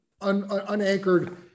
unanchored